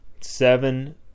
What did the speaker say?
Seven